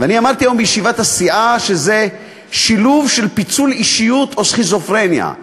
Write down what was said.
והיום אמרתי בישיבת הסיעה שזה שילוב של פיצול אישיות או סכיזופרניה.